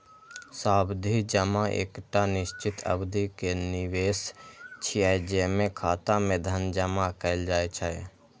सावधि जमा एकटा निश्चित अवधि के निवेश छियै, जेमे खाता मे धन जमा कैल जाइ छै